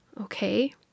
Okay